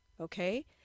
okay